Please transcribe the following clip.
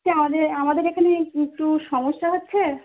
sir আমাদের আমাদের এখানে একটু সমস্যা হচ্ছে